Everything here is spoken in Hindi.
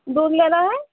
दूध लेना है